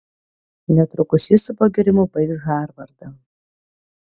netrukus jis su pagyrimu baigs harvardą